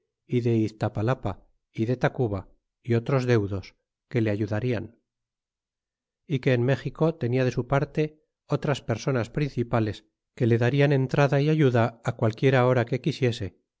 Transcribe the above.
y le iztapalapa y de tacuba y otros deudos que le ayudarian é que en méxico tenia de su parte otras personas principales que le darian entrada ayuda qualquiera hora que quisiese